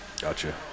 Gotcha